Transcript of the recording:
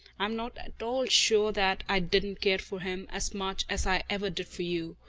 i am not at all sure that i didn't care for him as much as i ever did for you,